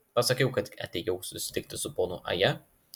pasakiau kad atėjau susitikti su ponu aja